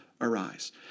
arise